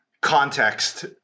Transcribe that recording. context